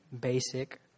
basic